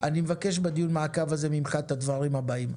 אני מבקש בדיון מעקב הזה ממך את הדברים הבאים,